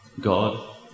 God